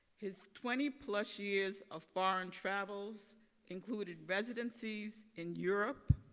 his twenty plus years of foreign travels included residencies in europe,